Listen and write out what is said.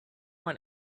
want